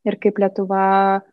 ir kaip lietuva